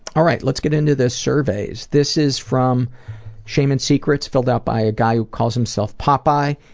alright, let's get into the surveys. this is from shame and secrets filled out by a guy who calls himself popeye.